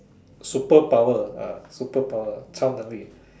superpower ah superpower 超能力